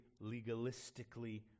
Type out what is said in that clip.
legalistically